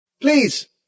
Please